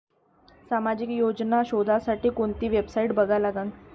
सामाजिक योजना शोधासाठी कोंती वेबसाईट बघा लागन?